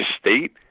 State